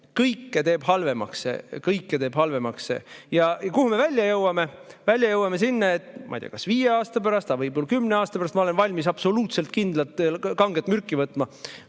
või vee all. Kõike teeb halvemaks see. Ja kuhu me välja jõuame? Välja jõuame sinna, et, ma ei tea, kas viie aasta pärast või kümne aasta pärast – ma olen valmis absoluutselt kindlalt kanget mürki võtma